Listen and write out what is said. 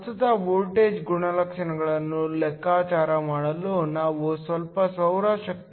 ಪ್ರಸ್ತುತ ವೋಲ್ಟೇಜ್ ಗುಣಲಕ್ಷಣಗಳನ್ನು ಲೆಕ್ಕಾಚಾರ ಮಾಡಲು ನಾವು ಸ್ವಲ್ಪ ಸೌರ ಕೋಶವನ್ನು ಮಾಡಿದ್ದೇವೆ